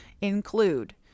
include